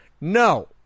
No